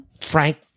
Frank